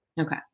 Okay